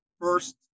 first